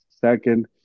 Second